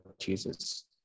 Jesus